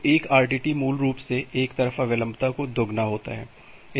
तो एक आरटीटी मूल रूप से एक तरफा विलंबता का दोगुना है